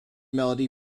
melody